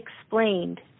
explained